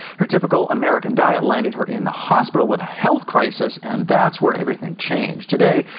her typical american diet landed her in the hospital with a health crisis, and that's where everything changed. today,